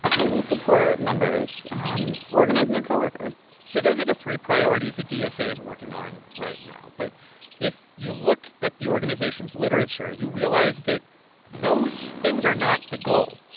we support members um organizing their co-workers so those are the three priorities the dsa is working on right now. but if you look at the organization's literature, you realize that those things are not the goal.